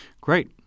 Great